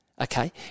okay